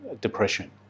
depression